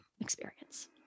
experience